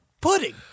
Pudding